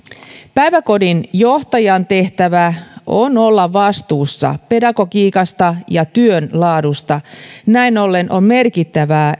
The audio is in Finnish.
päiväkodinjohtajan tehtävä on olla vastuussa pedagogiikasta ja työn laadusta näin ollen on merkittävää